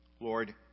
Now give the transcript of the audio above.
Lord